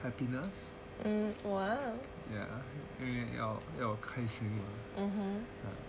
happiness ya 因为要要开心嘛